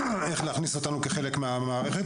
איך להכניס אותנו כחלק מהמערכת,